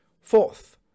Fourth